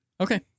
Okay